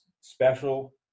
special